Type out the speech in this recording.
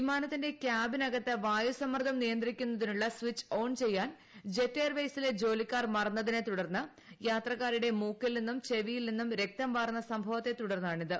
വിമാനത്തിന്റെ ക്യാബിനകത്ത് വായുസമ്മർദ്ദം നിയന്ത്രിക്കുന്നതിനുള്ള സ്വിച്ച് ഓൺ ചെയ്യാൻ ജെറ്റ് എയർവേസിലെ ജോലിക്കാർ മറന്നതിനെ തുടർന്ന് യാത്രക്കാരുടെ മൂക്കിൽ നിന്നും ചെവിയിൽ നിന്നും രക്തംവാർന്ന സംഭവത്തെ തുടർന്നാണിത്